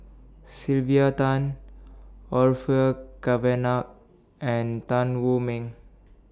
Sylvia Tan Orfeur Cavenagh and Tan Wu Meng